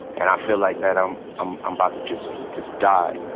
and i feel like that i'm i'm um about to just just die.